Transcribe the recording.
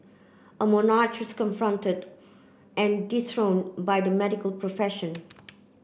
a monarch was confronted and dethroned by the medical profession